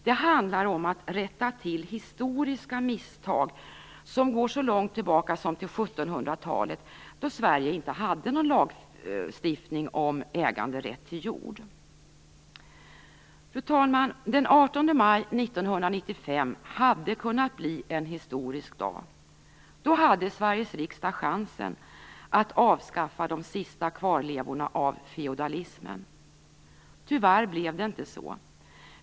Det handlar om att rätta till historiska misstag som går så långt tillbaka som till 1700-talet, då Sverige inte hade någon lagstiftning om äganderätt till jord. Fru talman! Den 18 maj 1995 hade kunnat bli en historisk dag. Då hade Sveriges riksdag chansen att avskaffa de sista kvarlevorna av feodalismen. Tyvärr blev det inte så.